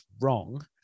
wrong